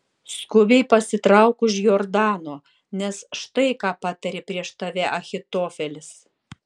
skubiai pasitrauk už jordano nes štai ką patarė prieš tave ahitofelis